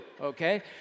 okay